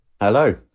hello